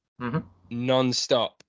nonstop